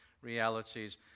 realities